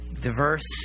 Diverse